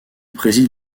préside